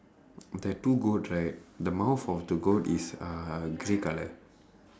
that two goats right the mouth of the goat is uh grey colour